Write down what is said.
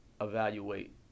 evaluate